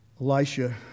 Elisha